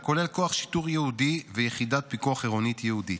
הכולל כוח שיטור ייעודי ויחידת פיקוח עירונית ייעודית,